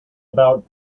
about